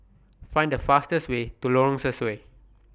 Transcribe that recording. Find The fastest Way to Lorong Sesuai